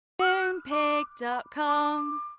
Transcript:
Moonpig.com